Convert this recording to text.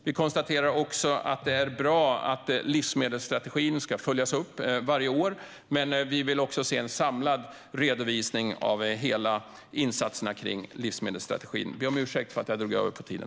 Vi konstaterar även att det är bra att livsmedelsstrategin ska följas upp varje år, men vi vill se en samlad redovisning av alla insatserna kring livsmedelsstrategin. Jag ber om ursäkt för att jag drog över tiden.